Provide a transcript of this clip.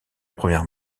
première